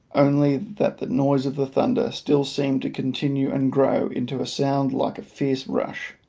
only that the noise of the thunder still seemed to continue and grow into a sound like a fierce rush.